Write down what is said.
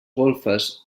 golfes